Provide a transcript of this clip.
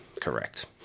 correct